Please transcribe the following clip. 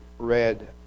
read